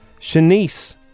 Shanice